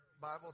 Bible